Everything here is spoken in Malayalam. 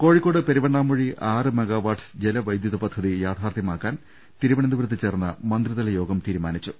കോഴിക്കോട് പെരുവണ്ണാമൂഴി ആറ് മെഗാവാട്ട് ജല വൈദ്യുത പദ്ധതി യാഥാർത്ഥ്യമാക്കാൻ തിരുവനന്തപുരത്ത് ചേർന്ന മന്ത്രിതല യോഗം തീരുമാനിച്ചു